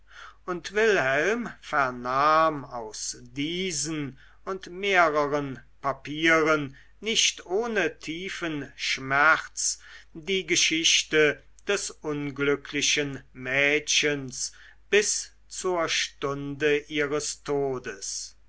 und wilhelm vernahm aus diesen und mehreren papieren nicht ohne tiefen schmerz die geschichte des unglücklichen mädchens bis zur stunde ihres todes